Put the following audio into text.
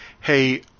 hey